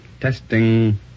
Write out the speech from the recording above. testing